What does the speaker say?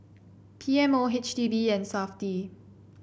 P M O H G D and Safti